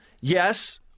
yes